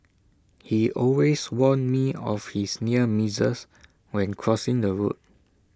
he always warn me of his near misses when crossing the road